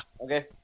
Okay